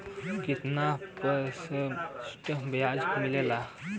कितना परसेंट ब्याज मिलेला?